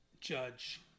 judge